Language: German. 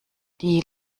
die